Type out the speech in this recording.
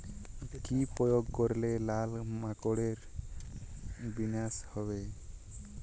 কি প্রয়োগ করলে লাল মাকড়ের বিনাশ হবে?